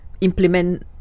implement